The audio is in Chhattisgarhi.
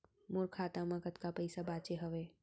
मोर खाता मा कतका पइसा बांचे हवय?